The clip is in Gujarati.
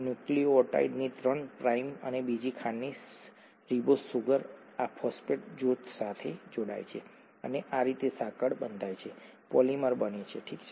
ન્યુક્લિઓટાઇડની ત્રણ પ્રાઇમ અને બીજી ખાંડની રિબોઝ સુગર આ ફોસ્ફેટ જૂથ સાથે જોડાય છે અને આ રીતે સાંકળ બંધાય છે પોલિમર બને છે ઠીક છે